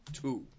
Two